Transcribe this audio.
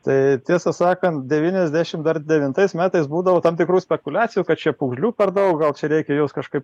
tai tiesą sakant devyniasdešim devintais metais būdavo tam tikrų spekuliacijų kad čia pūgžlių per daug gal čia reikia juos kažkaip